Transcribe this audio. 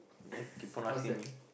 ya keep on asking me